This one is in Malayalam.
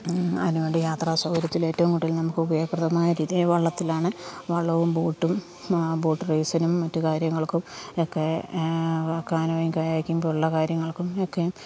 അതിനുവേണ്ടി യാത്രാസൗകര്യത്തിൽ ഏറ്റവും കൂടുതൽ നമുക്ക് ഉപയോഗപ്രദമായ രീതി വള്ളത്തിലാണ് വള്ളവും ബോട്ടും ബോട്ട് റെയ്സിനും മറ്റ് കാര്യങ്ങൾക്കും ഒക്കെ കാനോയും കയാക്കും ഇപ്പോൾ ഉള്ള കാര്യങ്ങൾക്കും ഒക്കെ